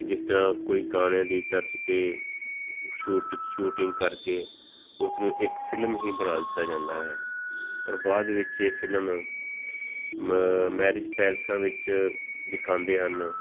ਜਿਸ ਤਰ੍ਹਾਂ ਕੋਈ ਗਾਣਿਆਂ ਦੀ ਤਰਜ਼ 'ਤੇ ਸ਼ੂਟ ਸ਼ੂਟਿੰਗ ਕਰਕੇ ਉਸਨੂੰ ਇੱਕ ਫ਼ਿਲਮ ਹੀ ਬਣਾ ਦਿੱਤਾ ਜਾਂਦਾ ਹੈ ਔਰ ਬਾਅਦ ਵਿੱਚ ਇਹ ਫ਼ਿਲਮ ਮ ਮੈਰਿਜ ਪੈਲਸਾਂ ਵਿੱਚ ਦਿਖਾਉਂਦੇ ਹਨ